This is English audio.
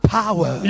power